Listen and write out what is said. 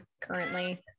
currently